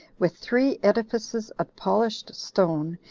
with three edifices of polished stone,